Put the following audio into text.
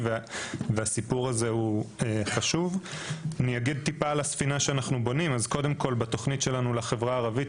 אני חייב לומר שחבר הכנסת,